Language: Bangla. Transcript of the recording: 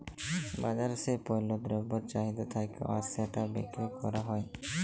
বাজারে যেই পল্য দ্রব্যের চাহিদা থাক্যে আর সেটা বিক্রি ক্যরা হ্যয়